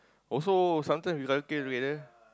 also sometimes we karaoke together